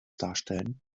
darstellen